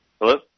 Hello